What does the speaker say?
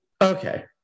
Okay